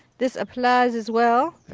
this applies as well.